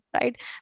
right